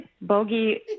Bogey